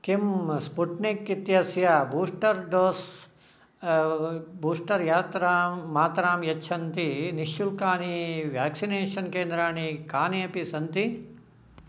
किं स्पुट्निक् इत्यस्य booster dose booster मात्रां मात्रां यच्छन्ती निःशुल्कानि व्याक्सिनेषन् केन्द्राणि कानि अपि सन्ति